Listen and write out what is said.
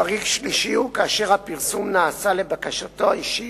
חריג שלישי הוא כאשר הפרסום נעשה לבקשתו האישית,